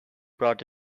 brought